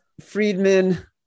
Friedman